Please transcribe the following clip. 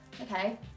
okay